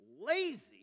lazy